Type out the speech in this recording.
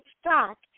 stock